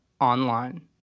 online